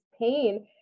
pain